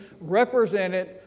represented